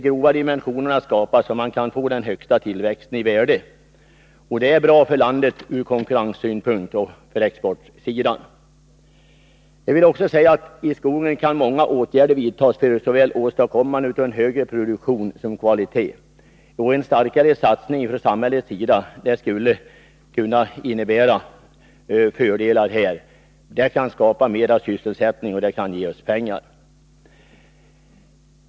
Grova dimensioner skapas, och man kan få det bästa ekonomiska resultatet. Det är bra för landet ur konkurrensoch exportsynpunkt. Inom skogsvården kan många åtgärder vidtas för att åstadkomma en högre produktionsgrad och bättre kvalitet. En starkare satsning från samhällets sida skulle innebära fördelar här. Det skulle skapa sysselsättning och ge oss pengar.